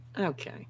okay